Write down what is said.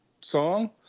song